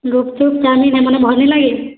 gupchup chow mein ଏମାନେ ଭଲ୍ ନାଇଁ ଲାଗେ